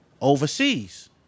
overseas